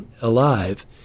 alive